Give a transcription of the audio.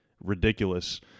ridiculous